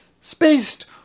Spaced